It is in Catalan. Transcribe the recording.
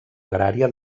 agrària